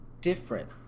different